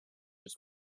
his